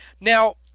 Now